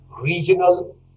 regional